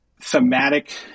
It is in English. thematic